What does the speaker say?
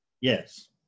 Yes